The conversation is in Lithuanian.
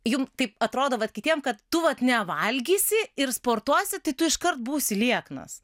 jum taip atrodo vat kitiem kad tu vat nevalgysi ir sportuosi tai tu iškart būsi lieknas